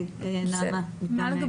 נעמה,